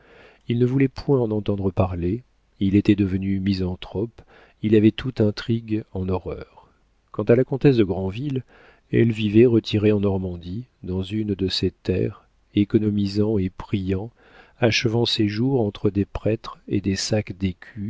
il ne voulait point en entendre parler il était devenu misanthrope il avait toute intrigue en horreur quant à la comtesse de granville elle vivait retirée en normandie dans une de ses terres économisant et priant achevant ses jours entre des prêtres et des sacs